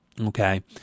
Okay